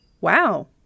Wow